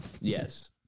Yes